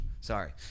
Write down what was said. sorry